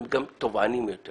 הם גם תובעניים יותר